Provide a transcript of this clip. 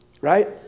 right